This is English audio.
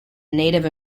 native